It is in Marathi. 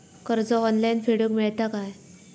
कर्ज ऑनलाइन फेडूक मेलता काय?